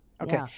Okay